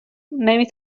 نمی